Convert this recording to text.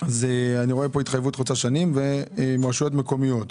אני רואה פה התחייבות חוצת שנים ורשויות מקומיות.